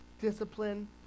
discipline